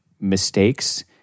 mistakes